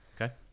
Okay